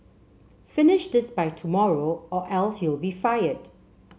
finish this by tomorrow or else you'll be fired